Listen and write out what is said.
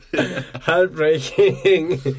Heartbreaking